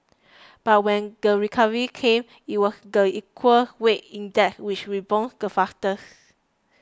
but when the recovery came it was the equal weighted index which rebounded the fastest